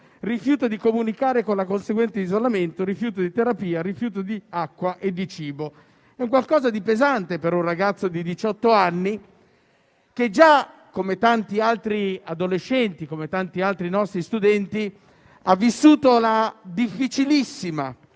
rifiuto di comunicare con il conseguente isolamento, rifiuto di terapia, rifiuto di acqua e di cibo. È un qualcosa di pesante per un ragazzo di diciotto anni, che già, come tanti altri adolescenti e come tanti altri nostri studenti, ha vissuto la difficilissima